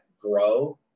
grow